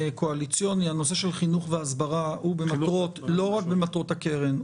הנושא של חינוך והסברה הוא לא רק במטרות הקרן,